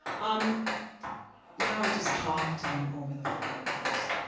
um now i just talk to them over the phone first.